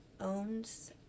owns